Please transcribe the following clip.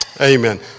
Amen